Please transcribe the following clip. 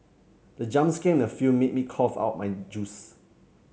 the jump scare in the film made me cough out my juice